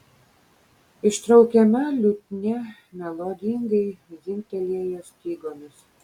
ištraukiama liutnia melodingai dzingtelėjo stygomis